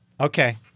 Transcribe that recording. Okay